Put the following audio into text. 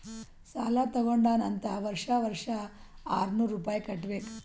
ಸಾಲಾ ತಗೊಂಡಾನ್ ಅಂತ್ ವರ್ಷಾ ವರ್ಷಾ ಆರ್ನೂರ್ ರುಪಾಯಿ ಕಟ್ಟಬೇಕ್